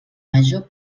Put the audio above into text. major